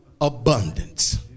abundance